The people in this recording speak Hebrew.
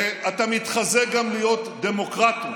ואתה מתחזה גם להיות דמוקרטור,